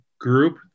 group